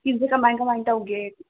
ꯏꯁꯀꯤꯟꯁꯦ ꯀꯃꯥꯏꯅ ꯀꯃꯥꯏꯅ ꯇꯧꯒꯦ